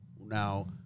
now